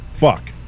fuck